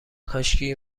کاشکی